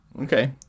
Okay